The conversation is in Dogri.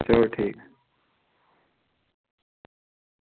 चलो ठीक